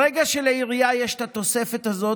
ברגע שלעירייה יש את התוספת הזאת,